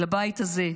לבית הזה,